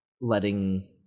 letting